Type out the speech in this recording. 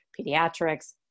pediatrics